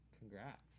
Congrats